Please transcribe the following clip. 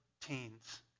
teens